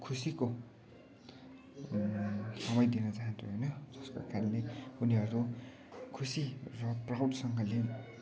खुसीको समय दिन चाहन्छु होइन जसको कारणले उनीहरू खुसी र प्राउडसँगले